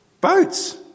Boats